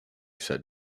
said